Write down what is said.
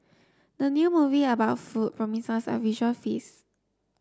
the new movie about food promises a visual feast